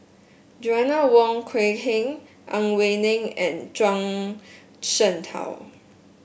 Joanna Wong Quee Heng Ang Wei Neng and Zhuang Shengtao